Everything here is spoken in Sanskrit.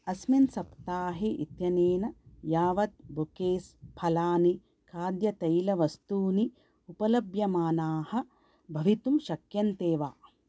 अस्मिन् सप्ताहे इत्यनेन यावत् बुकेस् फलानि खाद्यतैलवस्तूनि उपलभ्यमानाः भवितुं शक्यन्ते वा